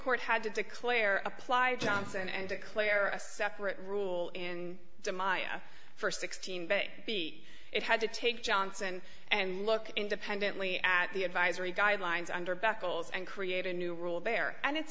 court had to declare apply johnson and declare a separate rule in my first sixteen day beat it had to take johnson and look independently at the advisory guidelines under back goals and create a new rule there and it's